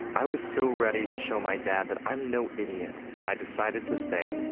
i was so ready to show my dad that i'm no idiot, i decided to stay.